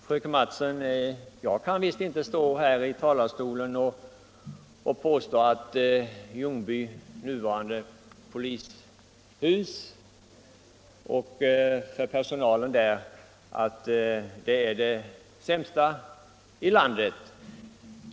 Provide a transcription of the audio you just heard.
Fru talman! Jag kan visst inte stå här i talarstolen, fröken Mattson, och påstå attLjungbys nuvarande polishus är det sämsta i landet för personalen och andra.